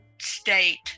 state